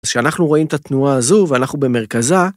‫אז כשאנחנו רואים את התנועה הזו, ‫ואנחנו במרכזה...